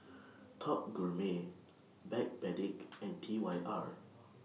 Top Gourmet Backpedic and T Y R